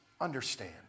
understand